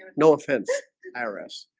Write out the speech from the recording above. no offense eros.